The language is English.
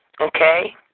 Okay